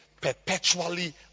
perpetually